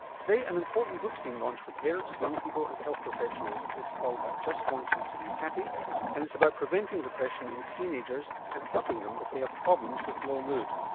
today an important book's being launched for parents, young people and health professionals. it's called i just want you to be happy and it's about preventing depression in teenagers and helping them if they have problems with low mood.